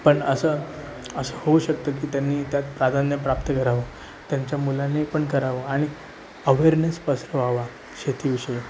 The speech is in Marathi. पण असं असं होऊ शकतं की त्यांनी त्यात प्राधान्य प्राप्त करावं त्यांच्या मुलांनी पण करावं आणि अवेअरनेस पसरवावा शेतीविषयी